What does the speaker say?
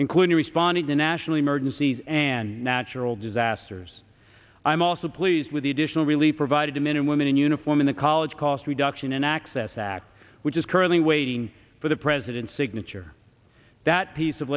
including responding to national emergencies and natural disasters i'm also pleased with the additional really provided to men and women in uniform in the college cost reduction and access act which is currently waiting for the president's signature that piece of